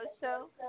show